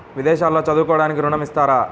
విదేశాల్లో చదువుకోవడానికి ఋణం ఇస్తారా?